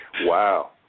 Wow